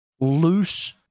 loose